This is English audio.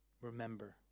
Remember